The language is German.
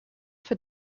für